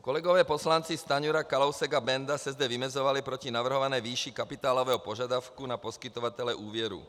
Kolegové poslanci Stanjura, Kalousek a Benda se zde vymezovali proti navrhované výši kapitálového požadavku na poskytovatele úvěru.